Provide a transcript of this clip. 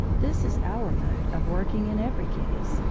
this is our mode of working in every case,